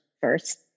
first